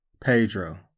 Pedro